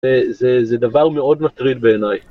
זה דבר מאוד מטריד בעיניי.